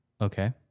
okay